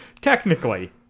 technically